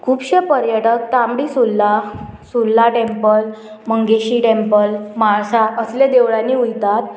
खुबशे पर्यटक Tambdi Surla Surla temple Mangeshi temple Malsa असल्या देवळांनी वयतात